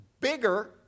bigger